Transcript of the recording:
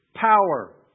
Power